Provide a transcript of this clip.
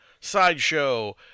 sideshow